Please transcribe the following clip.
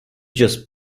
just